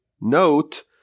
note